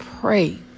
pray